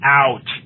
out